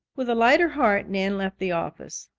with a lighter heart nan left the office.